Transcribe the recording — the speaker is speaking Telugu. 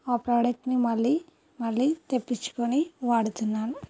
ఆ ప్రాడక్ట్ని మళ్ళీ మళ్ళీ తెప్పించుకుని వాడుతున్నాను